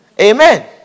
Amen